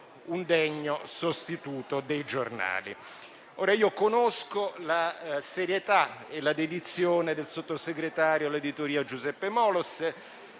un degno sostituto dei giornali. Ora, conosco la serietà e la dedizione del sottosegretario all'editoria Giuseppe Moles e